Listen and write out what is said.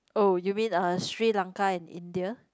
oh you mean uh Sri-Lanka and India